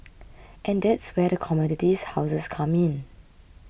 and that's where the commodities houses come in